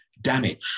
damage